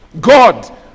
God